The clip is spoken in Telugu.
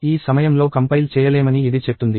ఈ సమయంలో కంపైల్ చేయలేమని ఇది చెప్తుంది